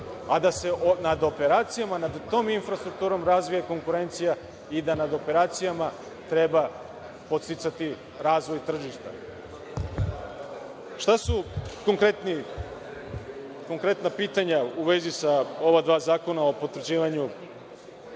a da se nad operacijama nad tom infrastrukturom razvija konkurencija i da na operacijama treba podsticati razvoj tržišta. Šta su konkretna pitanja u vezi sa ova dva zakona o potvrđivanju i